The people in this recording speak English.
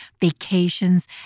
vacations